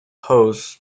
hosts